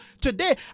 today